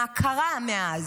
מה קרה מאז?